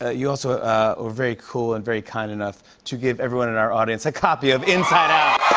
ah you also were very cool and very kind enough to give everyone in our audience a copy of inside out.